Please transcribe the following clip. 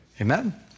Amen